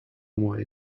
mooi